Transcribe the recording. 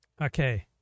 Okay